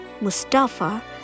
Mustafa